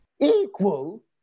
Equal